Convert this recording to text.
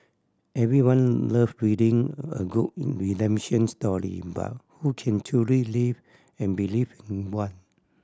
everyone love reading a good redemption story but who can truly live and believe in one